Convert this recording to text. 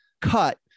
cut